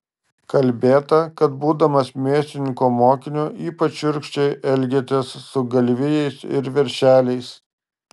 kalbėta kad būdamas mėsininko mokiniu ypač šiurkščiai elgėtės su galvijais ir veršeliais